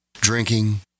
Drinking